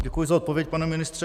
Děkuji za odpověď, pane ministře.